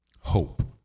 hope